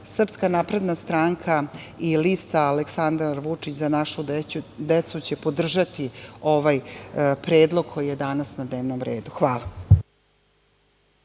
Srpska napredna stranka i lista Aleksandar Vučić – Za našu decu podržati ovaj predlog koji je danas na dnevnom redu. Hvala.